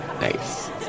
Nice